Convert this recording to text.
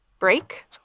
break